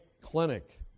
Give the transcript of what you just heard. clinic